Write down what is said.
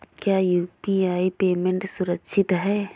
क्या UPI payment सुरक्षित है?